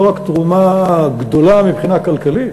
לא רק תרומה גדולה מבחינה כלכלית,